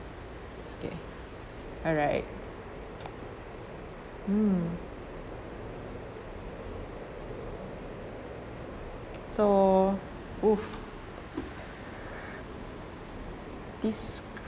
it's okay alright mm so !woo! describe